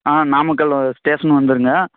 ஆ Namakkal station வந்துடுங்க